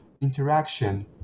interaction